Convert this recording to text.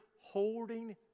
holding